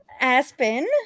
Aspen